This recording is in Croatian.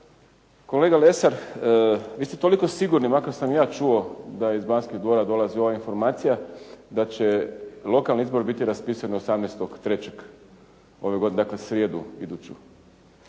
Kolega Lesar, vi ste toliko sigurni, makar sam i ja čuo da iz Banskih dvora dolazi ova informacija da će lokalni izbori biti raspisani 18.3. ove godine, dakle srijedu iduću.